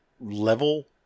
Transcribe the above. level